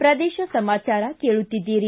ಪ್ರದೇಶ ಸಮಾಚಾರ ಕೇಳುತ್ತೀದ್ದಿರಿ